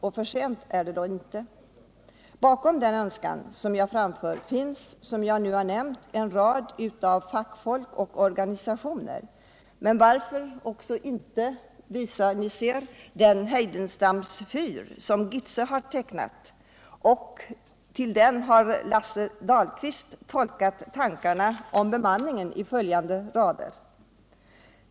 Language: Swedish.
Och för sent är det dock inte. Bakom den önskan jag nu framför står, som jag nämnt, en rad fackfolk och organisationer, men varför inte också peka på den Heidenstams fyr som Stig Gitse har tecknat? Till den har Lasse Dahlquist tolkat tankarna om bemanningen i följande rader.